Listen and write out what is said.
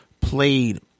played